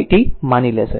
i t માની લેશે